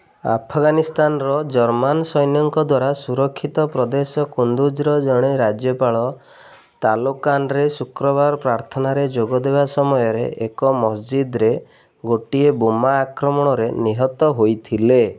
ଆଫଗାନିସ୍ତାନର ଜର୍ମାନ ସୈନ୍ୟଙ୍କ ଦ୍ଵାରା ସୁରକ୍ଷିତ ପ୍ରଦେଶ କୁନ୍ଦୁଜ୍ର ଜଣେ ରାଜ୍ୟପାଳ ତାଲୋକାନ୍ରେ ଶୁକ୍ରବାର ପ୍ରାର୍ଥନାରେ ଯୋଗ ଦେବା ସମୟରେ ଏକ ମସ୍ଜିଦ୍ରେ ଗୋଟିଏ ବୋମା ଆକ୍ରମଣରେ ନିହତ ହୋଇଥିଲେ